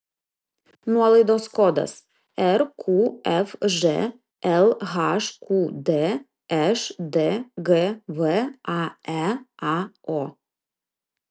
nuolaidos kodas rqfž lhqd šdgv aeao